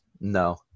No